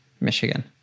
Michigan